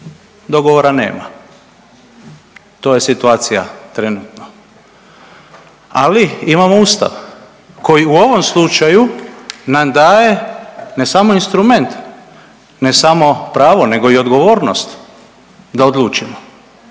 dogovora nema to je situacija trenutno. Ali imamo Ustav koji u ovom slučaju nam daje ne samo instrument, ne samo pravo, nego i odgovornost da odlučimo